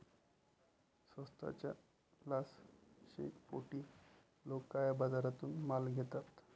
स्वस्ताच्या लालसेपोटी लोक काळ्या बाजारातून माल घेतात